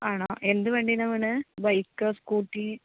ആണോ എന്ത് വണ്ടിയിൽനിന്നാണ് വീണത് ബൈക്കോ സ്കൂട്ടി